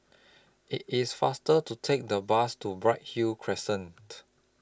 IT IS faster to Take The Bus to Bright Hill Crescent